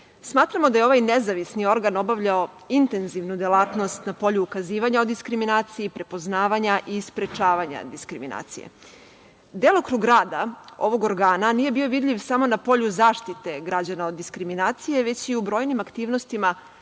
da je ovaj nezavisni organ obavljao intenzivnu delatnost na polju ukazivanja o diskriminaciji, prepoznavanja i sprečavanja diskriminacije. Delokrug rada ovog organa nije bio vidljiv samo na polju zaštite građana od diskriminacije već i u brojnim aktivnostima